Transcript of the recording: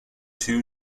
two